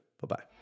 Bye-bye